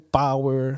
power